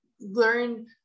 learn